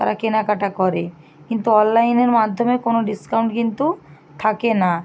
তারা কেনাকাটা করে কিন্তু অনলাইনের মাধ্যমে কোনও ডিসকাউন্ট কিন্তু থাকে না